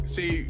See